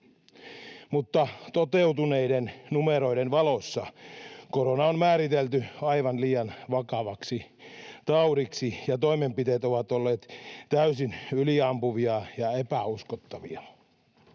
mutta toteutuneiden numeroiden valossa korona on määritelty aivan liian vakavaksi taudiksi, ja toimenpiteet ovat olleet täysin yliampuvia ja epäuskottavia.